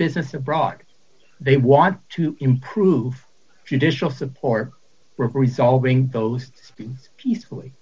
business abroad they want to improve your digital support for resolving those peacefully